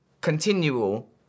continual